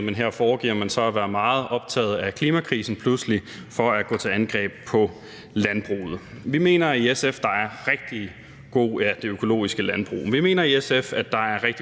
Men her foregiver man så pludselig at være meget optaget af klimakrisen for at gå til angreb på landbruget. Vi mener i SF, at der er rigtig